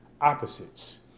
opposites